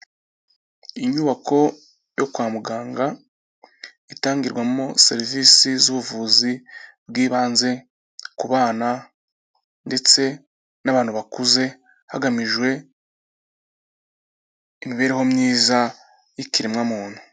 Inyubako yo kwa muganga itangirwamo serivisi z'ubuvuzi bw'banze, kubana ndetse n'abantu bakuze hagamijwe imibereho myiza y'ikiremwamuntu.